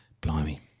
blimey